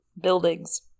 buildings